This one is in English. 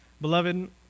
Beloved